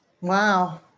Wow